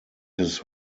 his